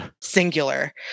Singular